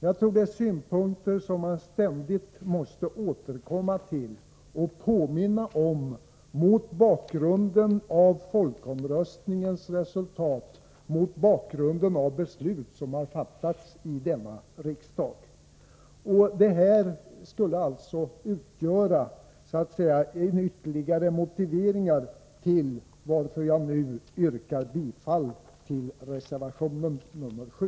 Jag tror det är synpunkter som man ständigt måste återkomma till och påminna om mot bakgrund av folkomröstningsresultatet och mot bakgrund av beslut som har fattats i den här riksdagen. Detta skulle alltså utgöra ytterligare motiveringar då jag nu yrkar bifall till reservationen nr 7.